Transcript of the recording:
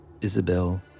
Isabel